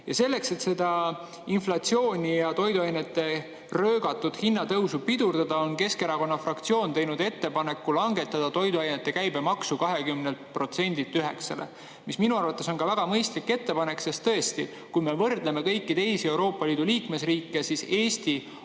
kulu. Selleks, et seda inflatsiooni ja toiduainete röögatut hinnatõusu pidurdada, on Keskerakonna fraktsioon teinud ettepaneku langetada toiduainete käibemaksu 20%‑lt 9%‑le, mis minu arvates on väga mõistlik ettepanek. Tõesti, kui me võrdleme kõiki teisi Euroopa Liidu liikmesriike, siis Eesti